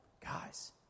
Guys